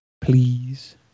Please